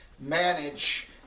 manage